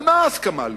על מה הסכמה לאומית?